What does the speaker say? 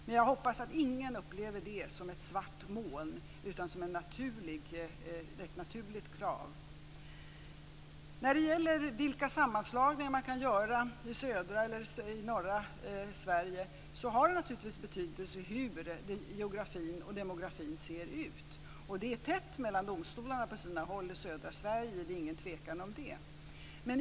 Men jag hoppas att ingen upplever det som ett svart moln, utan som ett naturligt krav. När det gäller vilka sammanslagningar man kan göra i södra eller norra Sverige har det naturligtvis betydelse hur geografin och demografin ser ut. Det råder inget tvivel om att det är tätt mellan domstolarna på sina håll i södra Sverige.